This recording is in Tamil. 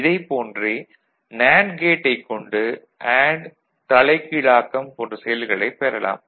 இதைப்போன்றே நேண்டு கேட்டைக் கொண்டு அண்டு தலைகீழாக்கம் போன்ற செயல்களைப் பெறலாம்